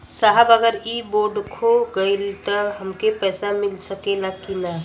साहब अगर इ बोडखो गईलतऽ हमके पैसा मिल सकेला की ना?